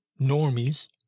normies